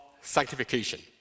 sanctification